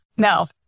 No